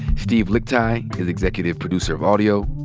steven lickteig is executive producer of audio.